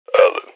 Alan